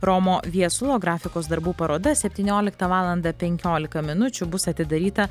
romo viesulo grafikos darbų paroda septynioliktą valandą penkiolika minučių bus atidaryta